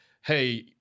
hey